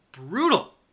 brutal